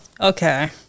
okay